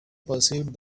perceived